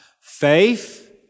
faith